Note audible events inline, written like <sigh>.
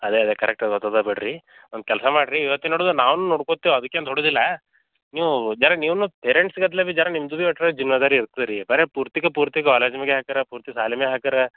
ಅದೆ ಅದೆ ಕರೆಕ್ಟ್ ಅದೋದೋದ ಬಿಡಿರಿ ಒಂದು ಕೆಲಸ ಮಾಡಿರಿ ಇವತ್ತಿನ ನೋಡೋದ ನಾನು ನೋಡ್ಕತಿವಿ ಅದಿಕೇನು ದೊಡ್ಡದಿಲ್ಲಾ ನೀವು ಡೈರೆಕ್ಟ್ ನೀವುನು ಪೇರೆಂಟ್ಸ್ ಗದ್ದಲ ಬಿ ಝರ ನಿಮ್ದು ಬೀ ಒಟ್ಟರ ಜಿನ್ ಅದೆ ರೀ <unintelligible> ಬೇರೆ ಪೂರ್ತಿಕ ಪೂರ್ತಿ ಕಾಲೇಜ್ ಮ್ಯಾಗೆ ಹಾಕ್ತೀರ ಪೂರ್ತಿ ಶಾಲೆಮೆ ಹಾಕ್ತೀರ